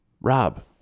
Rob